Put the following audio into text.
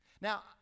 Now